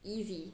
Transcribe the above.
easy